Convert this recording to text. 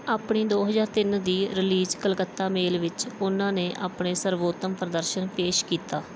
ਆਪਣੀ ਦੋ ਹਜ਼ਾਰ ਤਿੰਨ ਦੀ ਰਿਲੀਜ਼ ਕਲਕੱਤਾ ਮੇਲ ਵਿੱਚ ਉਹਨਾਂ ਨੇ ਆਪਣੇ ਸਰਬੋਤਮ ਪ੍ਰਦਰਸ਼ਨ ਪੇਸ਼ ਕੀਤਾ